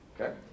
okay